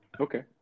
Okay